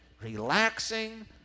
relaxing